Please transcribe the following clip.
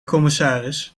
commissaris